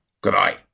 Goodbye